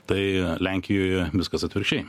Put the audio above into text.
tai lenkijoje viskas atvirkščiai